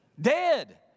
Dead